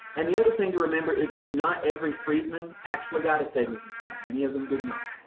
and the other thing to remember is that not every freedman actually got a savings account. many of them did not,